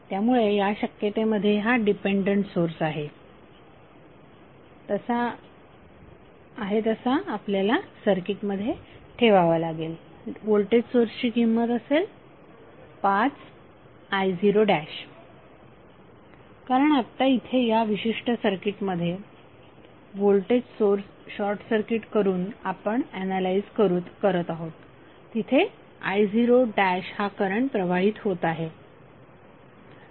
त्यामुळे या शक्यते मध्ये हा डिपेंडंट सोर्स आहे तसा आपल्याला सर्किट मध्ये ठेवावा लागेल व्होल्टेज सोर्सची किंमत असेल 5i0 कारण आत्ता इथे या विशिष्ट सर्किट मध्ये व्होल्टेज सोर्स शॉर्ट सर्किट करून आपण ऍनालाइज करत आहोत तिथे i0 हा करंट प्रवाहित होत आहे